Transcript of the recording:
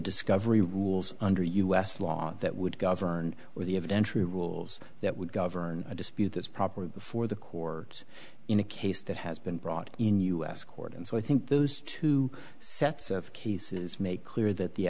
discovery rules under u s law that would govern with the of entry rules that would govern a dispute that's proper before the court in a case that has been brought in u s court and so i think those two sets of cases make clear that the